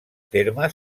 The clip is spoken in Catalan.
terme